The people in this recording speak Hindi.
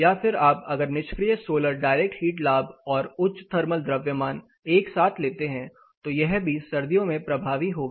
या फिर आप अगर निष्क्रिय सोलर डायरेक्ट हीट लाभ और उच्च थर्मल द्रव्यमान एक साथ लेते हैं तो यह भी सर्दियों में प्रभावी होगा